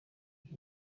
iki